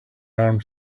armed